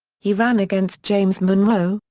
he ran against james monroe,